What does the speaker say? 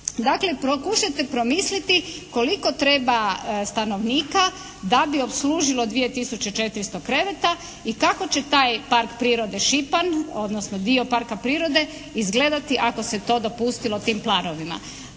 Dakle pokušajte promisliti koliko treba stanovnika da bi opslužilo 2 tisuće 400 kreveta i kako će taj park prirode Šipan, odnosno dio parka prirode izgledati ako se to dopustilo tim planovima?